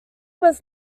was